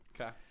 Okay